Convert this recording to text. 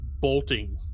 bolting